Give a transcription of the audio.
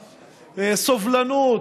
סובלנות,